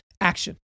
action